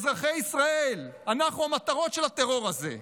אזרחי ישראל, אנחנו, המטרות של הטרור הזה.